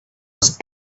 was